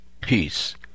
peace